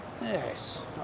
yes